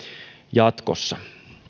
jatkossa